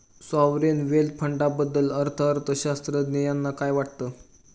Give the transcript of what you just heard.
Sovereign wealth फंडाबद्दल अर्थअर्थशास्त्रज्ञ यांना काय वाटतं?